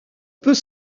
peut